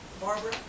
Barbara